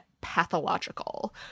pathological